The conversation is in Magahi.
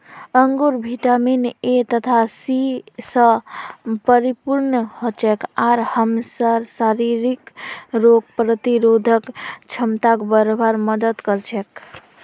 अंगूर विटामिन ए तथा सी स परिपूर्ण हछेक आर हमसार शरीरक रोग प्रतिरोधक क्षमताक बढ़वार मदद कर छेक